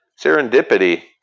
serendipity